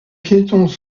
piétons